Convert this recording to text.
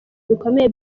bikomeye